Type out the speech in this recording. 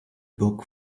book